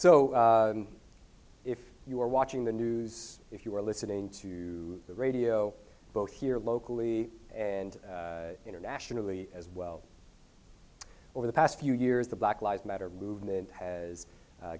so if you were watching the news if you were listening to the radio both here locally and internationally as well over the past few years the black lives matter movement has